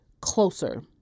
closer